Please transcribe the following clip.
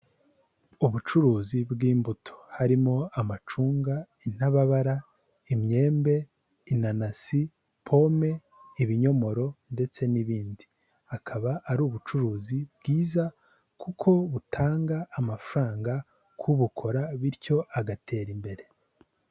Ubucuruzi bw'imbuto harimo amacunga, intababara, imyembe, inanasi, pome, ibinyomoro ndetse n'ibindi, akaba ari ubucuruzi bwiza kuko butanga amafaranga k'ubukora bityo agatera imbere.